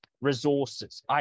resources